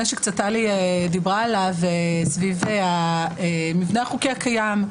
שטלי דיברה עליו סביב המבנה החוקי הקיים.